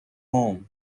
home